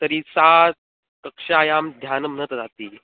तर्हि सा कक्ष्यायां ध्यानं न ददाति